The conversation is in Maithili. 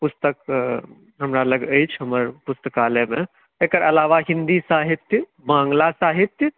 पुस्तक हमरा लग अछि हमर पुस्तकालयमे तकर अलावा हिन्दी साहित्य बाङ्गला साहित्य